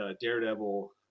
daredevil